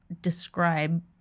describe